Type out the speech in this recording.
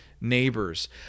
neighbors